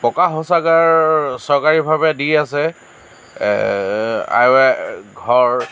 পকা শৌচাগাৰ চৰকাৰীভাৱে দি আছে আই এ ৱাই ঘৰ